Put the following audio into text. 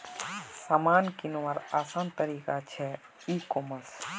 सामान किंवार आसान तरिका छे ई कॉमर्स